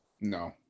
no